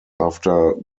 after